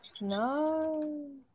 No